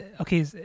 okay